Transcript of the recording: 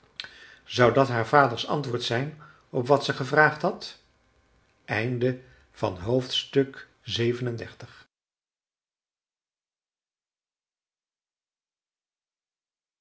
zou dat haar vaders antwoord zijn op wat ze gevraagd had xxxviii